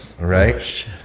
right